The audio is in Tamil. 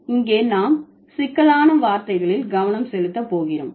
இங்கே நாம் சிக்கலான வார்த்தைகளில் கவனம் செலுத்த போகிறோம்